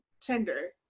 Tinder